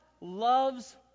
loves